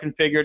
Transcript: configured